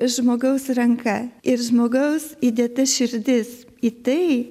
žmogaus ranka ir žmogaus įdėta širdis į tai